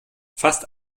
fast